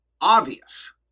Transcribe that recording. obvious